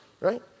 right